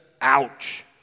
ouch